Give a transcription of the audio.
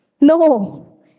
No